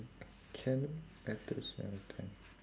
academic matters all the time